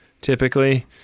typically